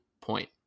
point